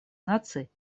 наций